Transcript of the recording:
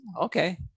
Okay